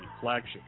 flagship